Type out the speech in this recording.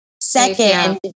Second